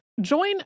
Join